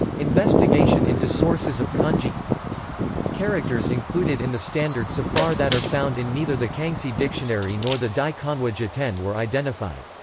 investigation into sources of kanji characters included in the standard so far that are found in neither the kangxi dictionary nor the dai kanwa jiten were identified.